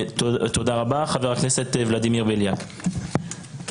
חבר הכנסת ולדימיר בליאק, בבקשה.